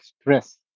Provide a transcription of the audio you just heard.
stress